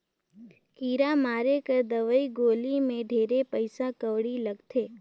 कीरा मारे कर दवई गोली मे ढेरे पइसा कउड़ी लगथे